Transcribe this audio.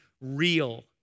real